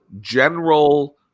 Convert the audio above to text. general